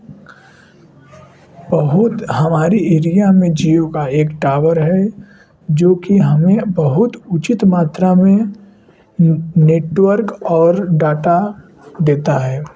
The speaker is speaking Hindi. बहुत हमारे एरिया में जिओ का एक टावर है जो कि हमें बहुत उचित मात्रा में नेटवर्क और डाटा देता है